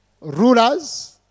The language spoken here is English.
rulers